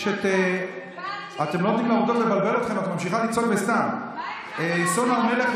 יש, מה עם ח'אן אל-אחמר?